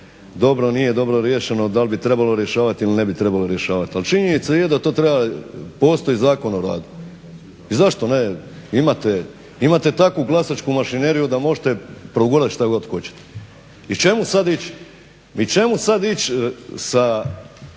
dobro, nije dobro riješeno, da li bi trebalo rješavati ili ne bi trebalo rješavati, ali činjenica je da to treba, postoji Zakon o radu i zašto ne, imate takvu glasačku mašineriju da možete progurati što god hoćete. I čemu sad ići sa